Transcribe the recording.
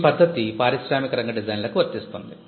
ఈ పద్ధతి పారిశ్రామిక రంగ డిజైన్ లకు వర్తిస్తుంది